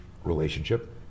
relationship